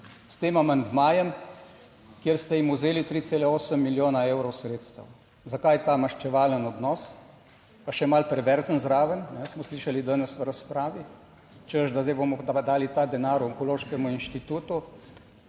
s tem amandmajem, kjer ste jim vzeli 3,8 milijona evrov sredstev. Zakaj ta maščevalen odnos? Pa še malo perverzen zraven smo slišali danes v razpravi, češ da zdaj bomo pa dali ta denar Onkološkemu inštitutu.